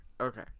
okay